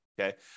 Okay